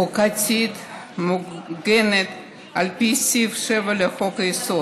חוקתית מוגנת על פי סעיף 7 לחוק-יסוד: